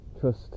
trust